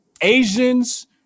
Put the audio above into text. Asians